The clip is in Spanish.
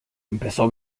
empezó